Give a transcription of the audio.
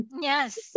yes